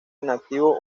inactivo